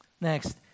Next